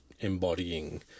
embodying